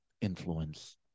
influence